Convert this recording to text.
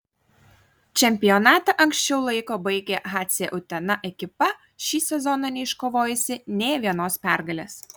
čempionatą anksčiau laiko baigė hc utena ekipa šį sezoną neiškovojusi nė vienos pergalės